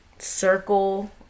circle